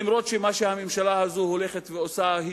למרות שמה שהממשלה הזו הולכת ועושה הוא